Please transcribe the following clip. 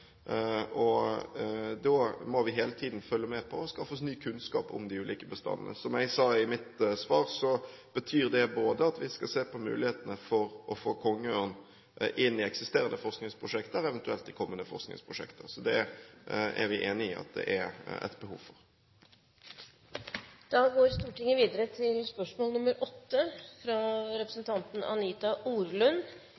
og med tamrein. Da må vi hele tiden følge med på og skaffe oss ny kunnskap om de ulike bestandene. Som jeg sa i mitt svar, betyr det at vi skal se på mulighetene for å få kongeørn inn i eksisterende forskningsprosjekter, eventuelt i kommende forskningsprosjekter. Det er vi enig i at det er et behov for. Dette spørsmålet, fra representanten Anita Orlund til